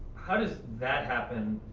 how does that happen?